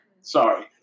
Sorry